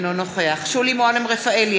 אינו נוכח שולי מועלם-רפאלי,